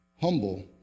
humble